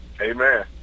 Amen